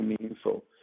meaningful